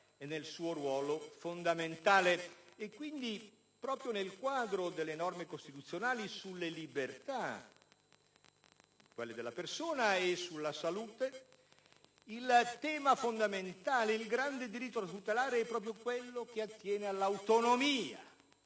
e nel suo ruolo fondamentale e quindi, proprio nel quadro delle norme costituzionali sulle libertà della persona e sulla salute, il grande diritto da tutelare è proprio quello che attiene all'autonomia